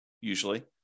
usually